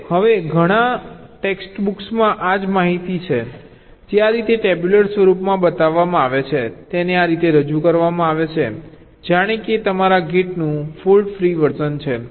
હવે ઘણા ટેક્સ્ટ બુક્સમાં આ જ માહિતી જે આ રીતે ટેબ્યુલર સ્વરૂપમાં બતાવવામાં આવે છે તેને આ રીતે રજૂ કરવામાં આવે છે જાણે કે આ તમારા ગેટનું ફોલ્ટ ફ્રી વર્ઝન છે